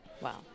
Wow